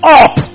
up